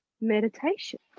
Meditation